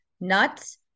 nuts